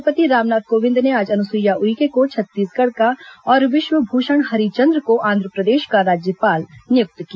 राष्ट्रपति रामनाथ कोविंद ने आज अनुसुइया उइके को छत्तीसगढ़ का और विश्वभूषण हरिचंद्र को आंध्रप्रदेश का राज्यपाल नियुक्त किया